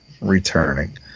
returning